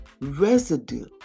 residue